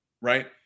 right